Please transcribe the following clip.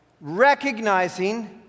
recognizing